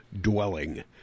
dwelling